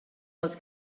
les